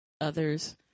others